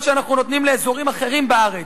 שאנחנו נותנים לאזורים אחרים בארץ.